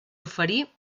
oferir